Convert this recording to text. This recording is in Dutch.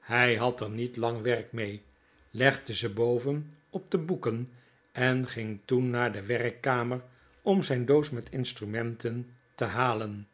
hij had er niet lang werk mee legde ze boven op de boeken en ging toen naar de werkkamer om zijn doos met instrumenten te halen